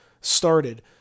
started